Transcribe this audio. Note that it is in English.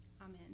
amen